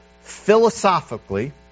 Philosophically